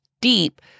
deep